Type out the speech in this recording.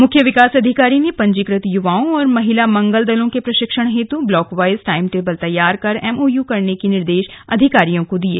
मुख्य विकास अधिकारी ने पंजीकृत युवाओं और महिला मंगल दलों के प्रशिक्षण हेतु ब्लाक वाइज टाईम टेबल तैयार कर एमओयू करने के निर्देश भी अधिकारियों को दिये